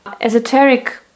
Esoteric